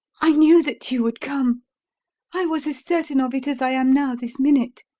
i knew that you would come i was as certain of it as i am now this minute,